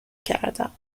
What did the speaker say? کردم